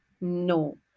No